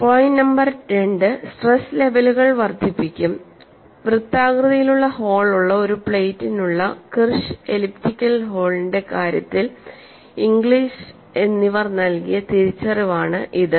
point number രണ്ട് stress ലെവലുകൾ വർദ്ധിപ്പിക്കും വൃത്താകൃതിയിലുള്ള ഹോൾ ഉള്ള ഒരു പ്ലേറ്റിനുള്ള കിർഷ് എലിപ്റ്റിക്കൽ ഹോളിന്റെ കാര്യത്തിൽ ഇംഗ്ലിസ് എന്നിവർ നൽകിയ തിരിച്ചറിവാണ് ഇത്